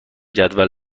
جدول